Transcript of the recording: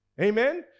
Amen